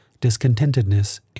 discontentedness